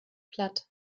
platt